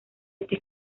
este